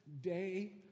day